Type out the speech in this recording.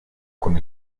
con